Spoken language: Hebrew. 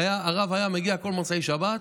הרב היה מגיע כל מוצאי שבת,